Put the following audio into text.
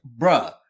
bruh